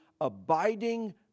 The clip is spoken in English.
abiding